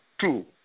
two